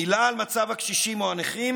מילה על מצב הקשישים או הנכים?